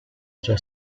già